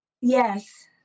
Yes